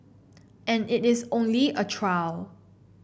and it is only a trial